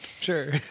sure